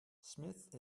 smith